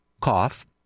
cough